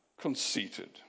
conceited